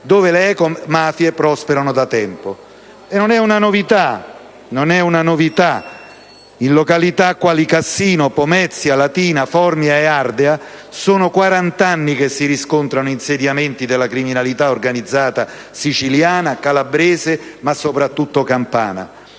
dove le ecomafie prosperano da tempo. E non è una novità: in località quali Cassino, Pomezia, Latina, Formia e Ardea sono 40 anni che si riscontrano insediamenti della criminalità organizzata siciliana, calabrese, ma soprattutto campana.